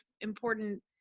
important